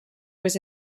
was